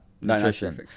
Nutrition